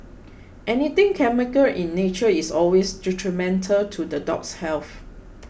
anything chemical in nature is always detrimental to the dog's health